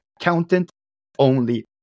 accountant-only